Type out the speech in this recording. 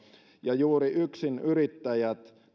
ja juuri yksinyrittäjät